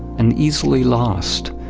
and easily lost,